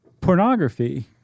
pornography